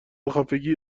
خفگی